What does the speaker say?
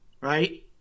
right